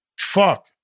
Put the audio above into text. Fuck